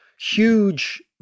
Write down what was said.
huge